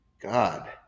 God